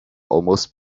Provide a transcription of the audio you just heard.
almost